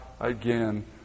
again